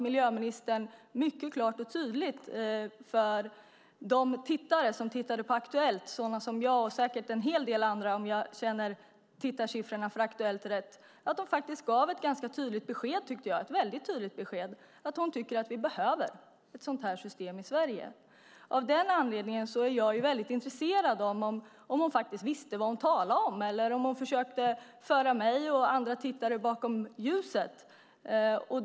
Miljöministern gav de tittare som tittade på Aktuellt - sådana som jag och säkert en hel del andra, om jag känner tittarsiffrorna för Aktuellt rätt - ett väldigt tydligt besked om att hon tycker att vi behöver ett sådant system i Sverige. Av den anledningen är jag väldigt intresserad av om hon faktiskt visste vad hon talade om eller om hon försökte föra mig och andra tittare bakom ljuset.